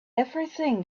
everything